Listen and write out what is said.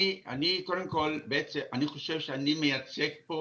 אני חושב שאני מייצג פה